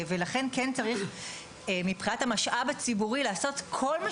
ולכן כן צריך מבחינת המשאב הציבורי לעשות כל מה